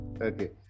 okay